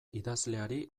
idazleari